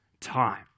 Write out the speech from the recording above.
time